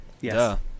Yes